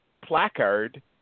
placard